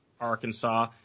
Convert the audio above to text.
Arkansas